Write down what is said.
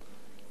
למשל,